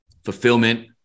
fulfillment